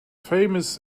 famous